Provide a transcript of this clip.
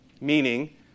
Meaning